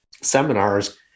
seminars